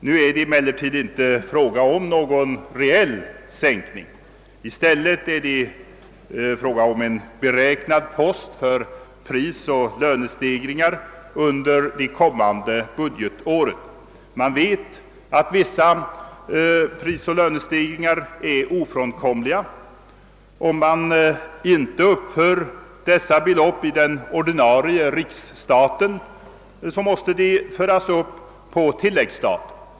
Nu är det emellertid inte fråga om någon reell sänkning. Det gäller här ett beräknat anslag för täckande av prisoch lönestegringar under det kom: mande budgetåret. Man vet att vissa prisoch lönestegringar blir ofrånkomliga. Om dessa belopp inte uppförs i den ordinarie riksstaten, måste de föras upp på tilläggsstat.